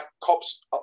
cops